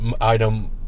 item